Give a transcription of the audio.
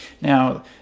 now